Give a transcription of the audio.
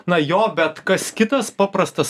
na jo bet kas kitas paprastas